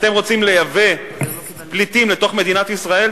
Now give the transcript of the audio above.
אתם רוצים לייבא פליטים לתוך מדינת ישראל?